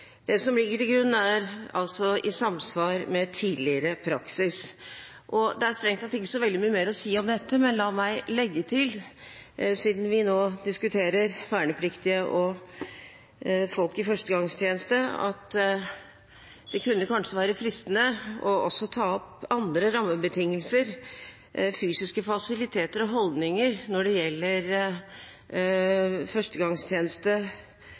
Det som ligger til grunn, er altså i samsvar med tidligere praksis. Og det er strengt tatt ikke så veldig mye mer å si om dette, men la meg legge til – siden vi nå diskuterer vernepliktige og folk i førstegangstjeneste – at det kunne kanskje være fristende også å ta opp andre rammebetingelser, fysiske fasiliteter og holdninger når det gjelder menn og kvinner i førstegangstjeneste.